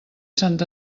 sant